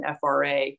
FRA